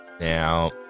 Now